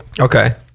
Okay